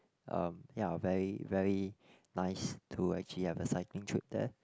um ya very very nice to actually have a cycling trip there